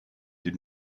did